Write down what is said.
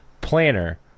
planner